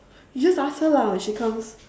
you just ask her lah when she comes